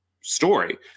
story